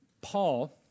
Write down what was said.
Paul